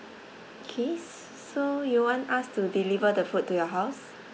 K s~ so you want us to deliver the food to your house